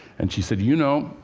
and she said, you know,